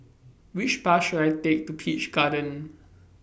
Which Bus should I Take to Peach Garden